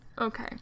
Okay